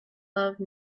love